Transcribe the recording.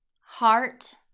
heart